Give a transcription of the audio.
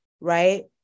right